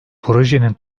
projenin